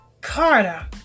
Carter